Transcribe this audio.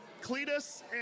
Cletus